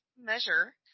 measure